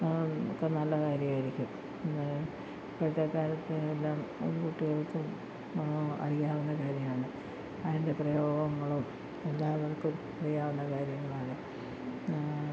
ഒക്കെ നല്ല കാര്യമായിരിക്കും ഇപ്പോഴത്തെ കാലത്ത് എല്ലാം യൂട്യൂബ്സും അറിയാവുന്ന കാര്യമാണ് അതിൻ്റെ പ്രയോഗങ്ങളും എല്ലാവർക്കും അറിയാവുന്ന കാര്യങ്ങളാണ്